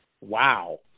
Wow